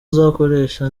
nzakoresha